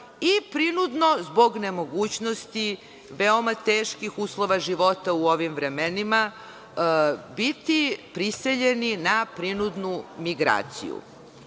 i prinudno zbog nemogućnosti veoma teških uslova života u ovim vremenima, biti prisiljeni na prinudnu migraciju. Još